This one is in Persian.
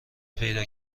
پیدا